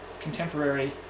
contemporary